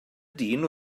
dyn